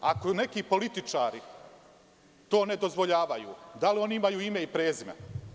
Ako neki političari to ne dozvoljavaju, da li imaju ime i prezime?